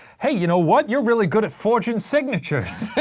hey, you know what, you're really good at forging signatures.